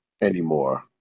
anymore